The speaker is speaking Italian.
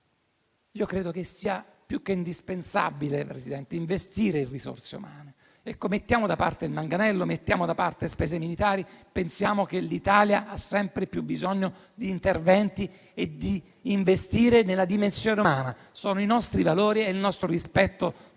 io credo che sia più che indispensabile, Presidente, investire in risorse umane. Mettiamo da parte il manganello, mettiamo da parte le spese militari; pensiamo che l'Italia ha sempre più bisogno di interventi e di investimenti nella dimensione umana. Sono i nostri valori e il nostro rispetto dell'altro